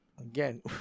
Again